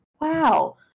wow